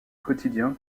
quotidien